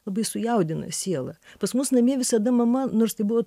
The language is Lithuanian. labai sujaudina sielą pas mus namie visada mama nors tai buvo